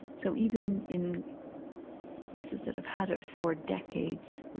so even in places that have had it for decades,